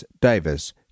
Davis